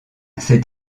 cet